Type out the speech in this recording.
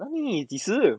哪里几时